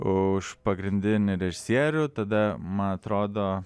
už pagrindinį režisierių tada man atrodo